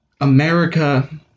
America